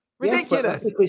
ridiculous